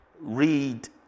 read